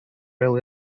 royal